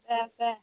दे दे